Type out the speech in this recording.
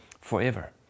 forever